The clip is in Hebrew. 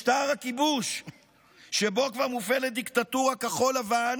משטר הכיבוש שבו כבר מופעלת דיקטטורה כחול-לבן